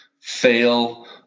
fail